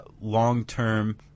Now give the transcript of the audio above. long-term